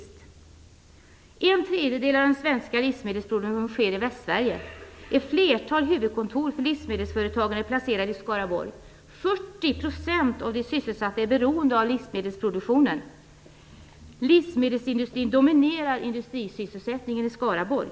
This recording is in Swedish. En tredjedel av den svenska livsmedelsproduktionen sker i Västsverige. Ett flertal huvudkontor för livsmedelsföretag är placerade i Skaraborg. 40 % av de sysselsatta är beroende av livsmedelsproduktionen. Livsmedelsindustrin dominerar industrisysselsättningen i Skaraborg.